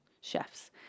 chefs